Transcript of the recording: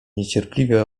niecierpliwie